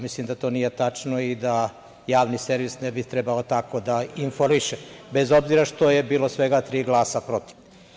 Mislim da to nije tačno i da Javni servis ne bi trebalo tako da informiše, bez obzira što je bilo svega tri glasa protiv.